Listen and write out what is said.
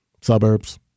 Suburbs